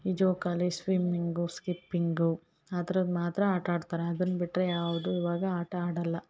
ಈ ಜೋಕಾಲಿ swimming skipping ಆ ಥರದ್ ಮಾತ್ರ ಆಟ ಆಡ್ತಾರೆ ಅದನ್ನ ಬಿಟ್ರೆ ಯಾವುದು ಇವಾಗ ಆಟ ಆಡಲ್ಲ